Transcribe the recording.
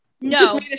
No